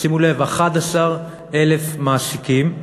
שימו לב, 11,000 מעסיקים,